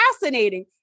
Fascinating